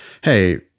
hey